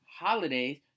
holidays